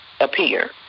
appear